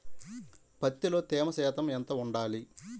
పత్తిలో తేమ శాతం ఎంత ఉండాలి?